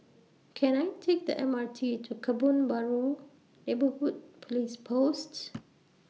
Can I Take The M R T to Kebun Baru Neighbourhood Police Posts